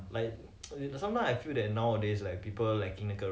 ya 要要懂的做人 right like 不要 like everything use